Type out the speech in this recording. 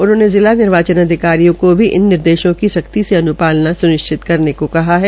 उन्होंने जिला निर्वाचन अधिकारियों को भी इन निर्देशों की सख्ती से अन्पालना सुनिश्चित करने को कहा है